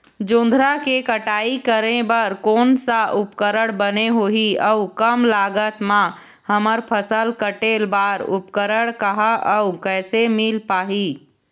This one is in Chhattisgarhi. जोंधरा के कटाई करें बर कोन सा उपकरण बने होही अऊ कम लागत मा हमर फसल कटेल बार उपकरण कहा अउ कैसे मील पाही?